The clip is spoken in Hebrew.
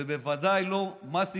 ובוודאי לא מס עיזבון,